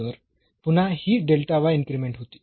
तर पुन्हा ही इन्क्रीमेंट होती